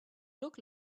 look